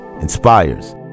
inspires